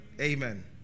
Amen